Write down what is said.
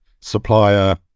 supplier